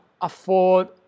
afford